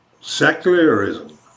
secularism